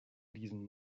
diesen